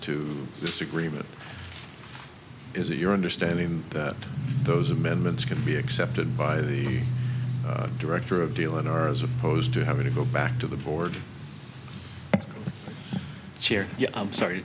this agreement is it your understanding that those amendments can be accepted by the director of dealing are as opposed to having to go back to the board chair i'm sorry